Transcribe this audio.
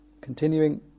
continuing